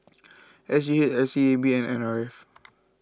S G H S E A B and N R F